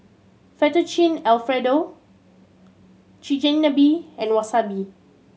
Fettuccine Alfredo Chigenabe and Wasabi